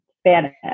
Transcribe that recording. spanish